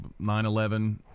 9-11